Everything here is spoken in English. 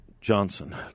Johnson